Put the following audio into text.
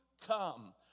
come